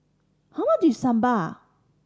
how much is Sambar